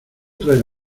traer